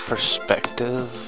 perspective